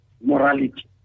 morality